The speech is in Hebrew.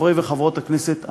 חברי וחברות הכנסת,